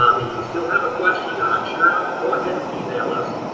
um if you still have a question you're unsure of, go ahead and email us,